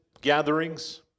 gatherings